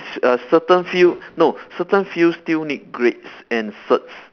err certain field no certain field still need grades and certs